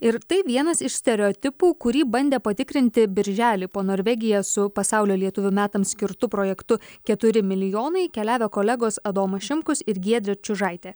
ir tai vienas iš stereotipų kurį bandė patikrinti birželį po norvegiją su pasaulio lietuvių metams skirtu projektu keturi milijonai keliavę kolegos adomas šimkus ir giedrė čiužaitė